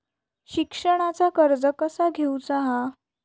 शिक्षणाचा कर्ज कसा घेऊचा हा?